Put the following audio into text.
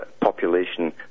population